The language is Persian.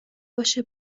باشه